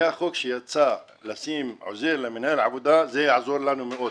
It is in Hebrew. החוק שיצא לשים עוזר למנהל העבודה זה יעזור לנו מאוד.